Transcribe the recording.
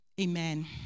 Amen